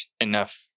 enough